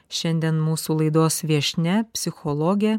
šiandien mūsų laidos viešnia psichologė